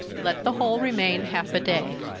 let the whole remain half a day.